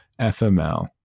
fml